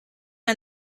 and